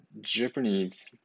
Japanese